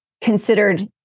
considered